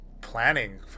planning